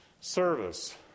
service